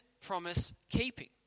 promise-keeping